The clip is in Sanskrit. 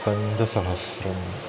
पञ्चसहस्रम्